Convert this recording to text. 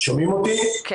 אני